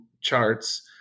charts